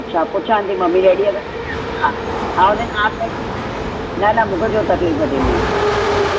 अछा पुछां थी ममी डैडीअ खां हलंदा हा उन्हनि हा कई न न मूंखे छो तकलीफ़ु थींदी हा